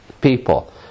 people